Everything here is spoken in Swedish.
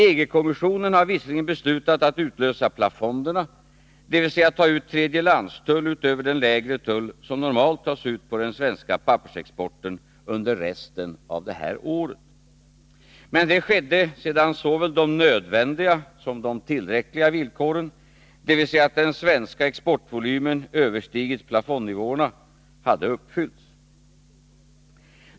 EG-kommissionen har visserligen beslutat att utlösa plafonderna, dvs. ta ut tredjelandstull utöver den lägre tull som normalt tas ut på den svenska pappersexporten under resten av detta år. Men detta skedde sedan såväl de nödvändiga som de tillräckliga villkoren — dvs. att den svenska exportvolymen överstigit plafondnivåerna — hade uppfyllts.